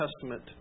Testament